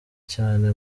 cyane